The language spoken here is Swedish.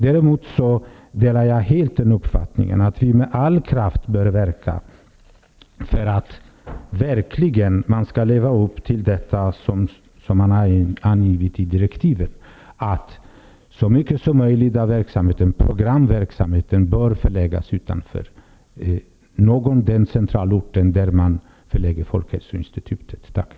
Däremot delar jag helt uppfattningen att vi med all kraft bör verka för att man verkligen skall leva upp till det som har angetts i direktiven om att så mycket som möjligt av verksamheten, programverksamheten, bör förläggas utanför den centralort där folkhälsoinstitutet förläggs.